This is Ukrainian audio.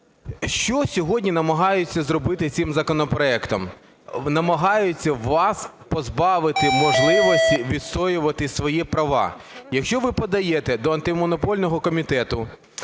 Що сьогодні намагаються зробити цим законопроектом? Намагаються вас позбавити можливості відстоювати свої права. Якщо ви подаєте до Антимонопольного комітету